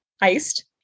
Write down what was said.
iced